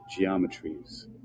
geometries